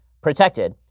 protected